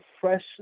fresh